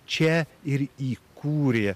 čia ir įkūrė